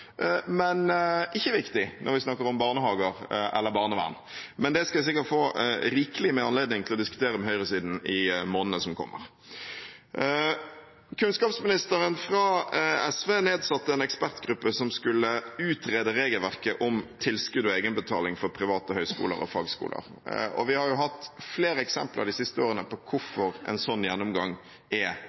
men ikke viktig når vi snakker om barnehager eller barnevern. Men det skal jeg sikkert få rikelig anledning til å diskutere med høyresiden i månedene som kommer. Kunnskapsministeren fra SV nedsatte en ekspertgruppe som skulle utrede regelverket om tilskudd og egenbetaling for private høyskoler og fagskoler, og vi har jo hatt flere eksempler de siste årene på hvorfor en slik gjennomgang er